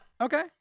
Okay